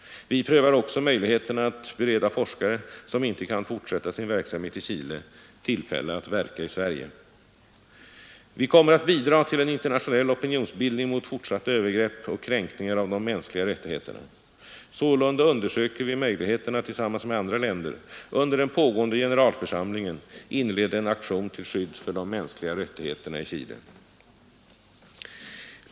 Vi prövar också möjligheterna att bereda forskare som inte kan fortsätta sin verksamhet i Chile tillfälle att verka i Sverige. Vi kommer att bidra till en internationell opinionsbildning mot fortsatta övergrepp och kränkningar av de mänskliga rättigheterna. Sålunda undersöker vi möjligheterna att tillsammans med andra länder under den pågående generalförsamlingen inleda en aktion till skydd för de mänskliga rättigheterna i Chile.